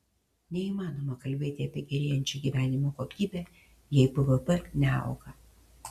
neįmanoma kalbėti apie gerėjančią gyvenimo kokybę jei bvp neauga